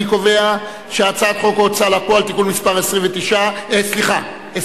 אני קובע שהצעת חוק ההוצאה לפועל (תיקון מס' 29) סליחה,